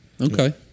Okay